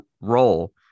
role